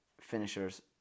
finishers